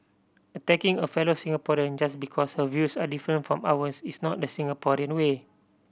attacking a fellow Singaporean just because her views are different from ours is not the Singaporean way